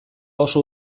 oso